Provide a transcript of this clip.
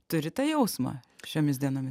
turi tą jausmą šiomis dienomis